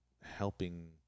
helping